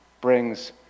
brings